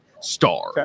star